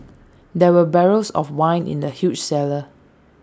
there were barrels of wine in the huge cellar